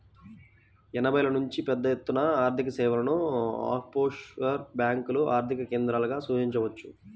ఎనభైల నుంచే పెద్దఎత్తున ఆర్థికసేవలను ఆఫ్షోర్ బ్యేంకులు ఆర్థిక కేంద్రాలుగా సూచించవచ్చు